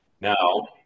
Now